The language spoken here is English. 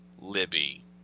Libby